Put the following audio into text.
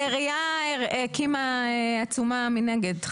העירייה הקימה עצומה מנגד,